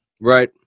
Right